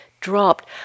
dropped